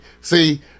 see